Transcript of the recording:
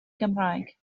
gymraeg